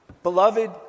Beloved